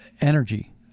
energy